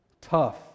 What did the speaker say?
Tough